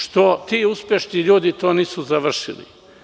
Što ti uspešni ljudi to nisu završili?